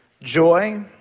joy